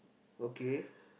okay